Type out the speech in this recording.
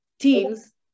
Teams